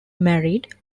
married